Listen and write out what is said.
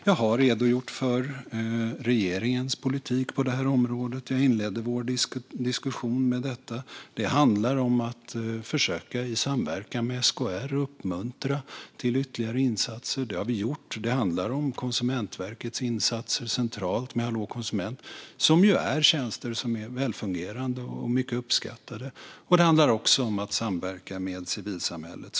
Jag har redogjort för regeringens politik på det här området. Jag inledde vår diskussion med detta. Det handlar om att i samverkan med SKR försöka uppmuntra till ytterligare insatser, och det har vi gjort. Det handlar om Konsumentverkets insatser centralt, som Hallå konsument, som ju är tjänster som är välfungerande och mycket uppskattade. Det handlar också om att samverka med civilsamhället.